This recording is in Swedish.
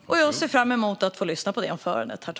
Herr talman! Jag ser fram emot att få lyssna på det anförandet.